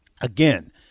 Again